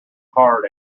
hard